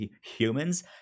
humans